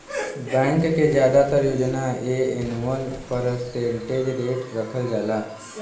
bank के जादातर योजना पे एनुअल परसेंटेज रेट रखल जाला